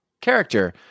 character